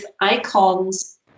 icons